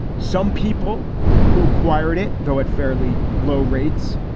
some people who acquired it, though, at fairly low rates.